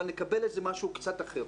אבל נקבל איזה משהו קצת אחר.